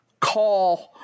call